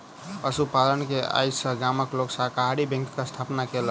पशु पालन के आय सॅ गामक लोक सहकारी बैंकक स्थापना केलक